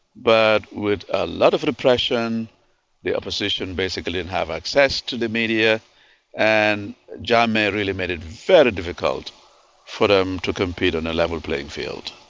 but with a lot of repression the opposition didn't and have access to the media and jammeh really made it very difficult for them to compete on a level playing field.